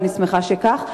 ואני שמחה שכך.